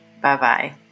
Bye-bye